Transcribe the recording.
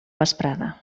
vesprada